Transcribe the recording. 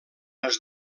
els